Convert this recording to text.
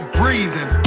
breathing